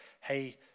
hey